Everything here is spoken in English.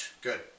Good